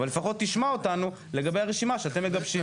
אבל לפחות תשמע אותנו לגבי הרשימה שאתם מגבשים.